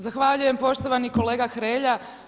Zahvaljujem poštovani kolega Hrelja.